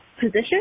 position